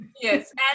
Yes